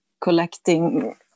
collecting